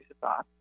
thoughts